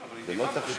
זה לא צריך התייחסות,